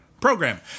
program